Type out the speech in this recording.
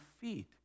feet